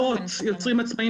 מאות יוצרים עצמאיים